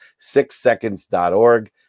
sixseconds.org